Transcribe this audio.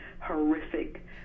horrific